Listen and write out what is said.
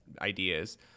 ideas